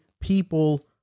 people